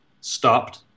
stopped